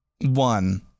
One